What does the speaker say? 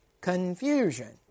confusion